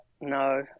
no